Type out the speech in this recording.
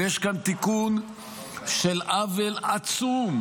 ויש כאן תיקון של עוול עצום,